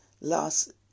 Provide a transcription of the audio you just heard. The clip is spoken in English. last